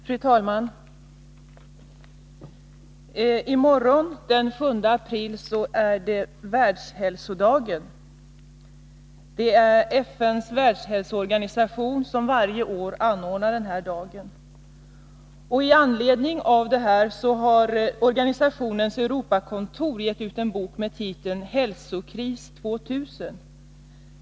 Fru talman! I morgon, den 7 april, är det Världshälsodagen. Det är FN:s världshälsoorganisation som varje år anordnar denna dag. Med anledning av det har organisationens Europakontor gett ut en bok med titeln Hälsokris 2000.